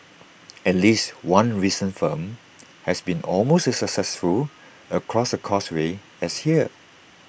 at least one recent film has been almost as successful across the causeway as here